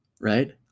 right